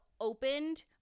opened